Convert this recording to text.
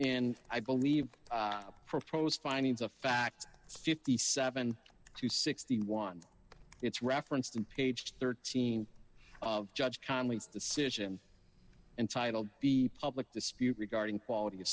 and i believe proposed findings of fact fifty seven to sixty one it's referenced in page thirteen of judge connally's decision entitled the public dispute regarding quality of